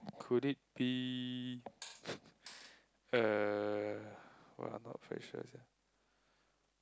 could it be uh !wah! I not very sure sia